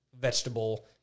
vegetable